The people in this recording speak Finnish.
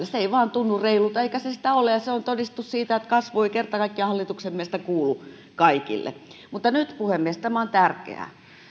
se ei vain tunnu reilulta eikä se sitä ole ja se on todistus siitä että kasvu ei kerta kaikkiaan hallituksen mielestä kuulu kaikille mutta nyt puhemies tämä on tärkeää